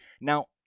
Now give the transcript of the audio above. Now